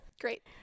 Great